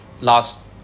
last